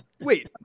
Wait